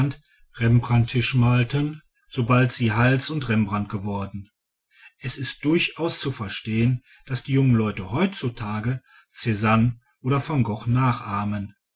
rembrandtisch malten sobald sie hals und rembrandt geworden es ist durchaus zu verstehn daß die jungen leute heutzutage czanne oder van gogh nachahmen